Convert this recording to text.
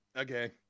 okay